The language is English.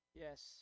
Yes